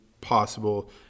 possible